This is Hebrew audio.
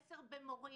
חסר במורים,